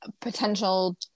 potential